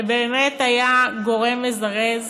שבאמת היה גורם מזרז,